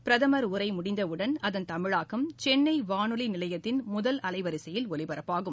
பிரதமரின் உரை முடிந்தவுடன் அதன் தமிழாக்கம் சென்னை வானொலி நிலையத்தின் முதல் அலைவரிசையில் ஒலிபரப்பாகும்